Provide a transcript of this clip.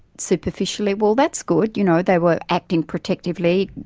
superficially, well that's good, you know, they were acting protectively,